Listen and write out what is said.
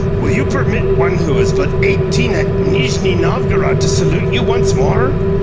will you permit one who is but eighteen at nijni-novgorod to salute you once more?